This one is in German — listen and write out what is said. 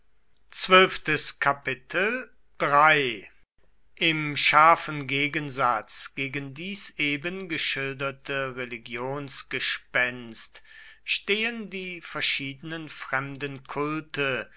im scharfen gegensatz gegen dies eben geschilderte religionsgespenst stehen die verschiedenen fremden kulte